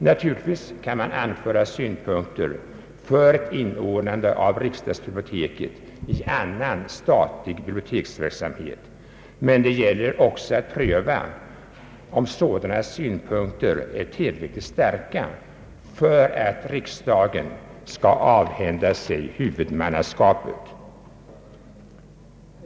Naturligtvis kan man anföra synpunkter för inordnande av riksdagsbiblioteket i annan statlig biblioteksverksamhet, men det gäller också att pröva om sådana synpunkter är tillräckligt starka för att riksdagen skall avhända sig huvudmannaskapet.